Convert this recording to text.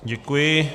Děkuji.